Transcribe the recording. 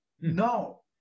No